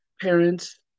parents